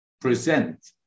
present